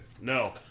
No